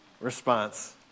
response